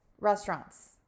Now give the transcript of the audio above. restaurants